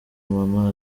mama